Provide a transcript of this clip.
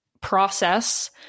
process